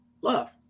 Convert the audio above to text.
love